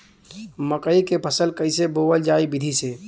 मकई क फसल कईसे बोवल जाई विधि से?